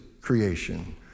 creation